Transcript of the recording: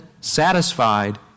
satisfied